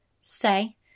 say